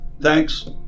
Thanks